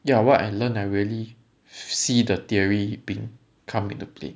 ya what I learned I really see the theory bit come into play